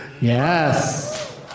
Yes